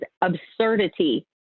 absurdity